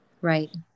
right